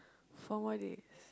four more days